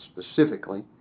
specifically